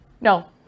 no